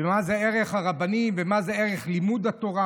מה זה ערך הרבנים ומה זה ערך לימוד התורה,